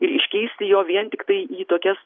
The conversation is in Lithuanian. ir iškeisti jo vien tiktai į tokias